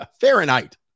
Fahrenheit